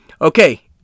Okay